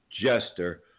Jester